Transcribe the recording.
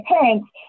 parents